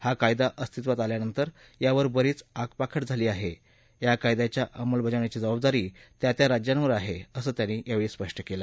हा कायदा अस्तित्वात आल्यानंतर यावर बरीच आगपाखड झाली आहे या कायद्याच्या अंमलबजावणीची जबाबदारी त्या त्या राज्यांवर आहे असंही त्यांनी यावेळी स्पष्ट केलं